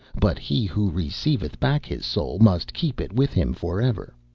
but he who receiveth back his soul must keep it with him for ever,